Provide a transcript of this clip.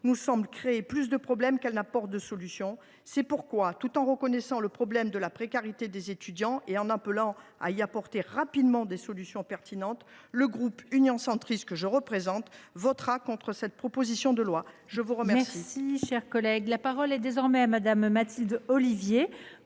nous semble créer plus de problèmes qu’elle n’apporte de solutions. C’est pourquoi, tout en reconnaissant le problème de la précarité des étudiants et en appelant à y apporter rapidement des solutions pertinentes, le groupe Union Centriste votera contre cette proposition de loi. La parole